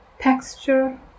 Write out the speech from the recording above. texture